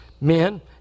men